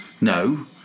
No